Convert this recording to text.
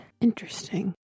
Interesting